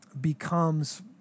becomes